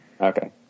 Okay